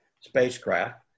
spacecraft